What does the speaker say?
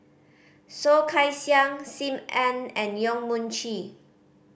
Soh Kay Siang Sim Ann and Yong Mun Chee